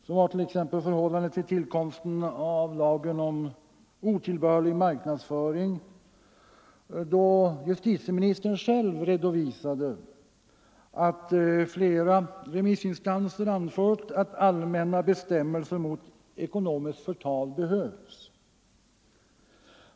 Så var t.ex. förhållandet vid tillkomsten av lagen om otillbörlig marknadsföring, då justitieministern själv redovisade att flera remissinstanser anfört att allmänna bestämmelser mot ekonomiskt förtal behövs.